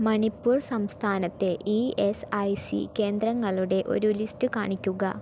മണിപ്പൂർ സംസ്ഥാനത്തെ E S I C കേന്ദ്രങ്ങളുടെ ഒരു ലിസ്റ്റ് കാണിക്കുക